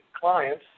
clients